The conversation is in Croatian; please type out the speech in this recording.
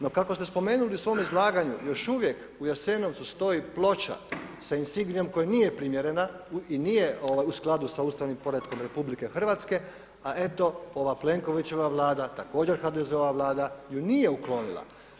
No kako ste spomenuli u svome izlaganju još uvijek u Jasenovcu stoji ploča sa insignijom koja nije primjerena i nije u skladu sa ustavnim poretkom RH, a eto ova Plenkovićeva vlada također HDZ-ova Vlada ju nije uklonila.